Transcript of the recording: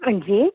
हां जी